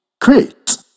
Great